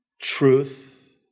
truth